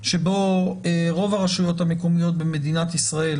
שבו רוב הרשויות המקומיות במדינת ישראל